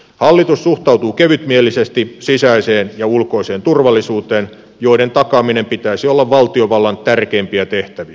hallitus suhtautuu kevytmielisesti sisäiseen ja ulkoiseen turvallisuuteen joiden takaamisen pitäisi olla valtiovallan tärkeimpiä tehtäviä